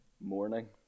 morning